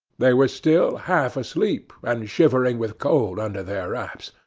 they were still half asleep, and shivering with cold under their wraps.